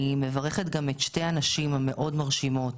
אני מברכת גם את שתי הנשים המאוד מרשימות.